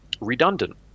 redundant